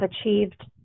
achieved